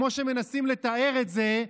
כמו שמנסים לתאר את זה,